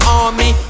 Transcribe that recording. army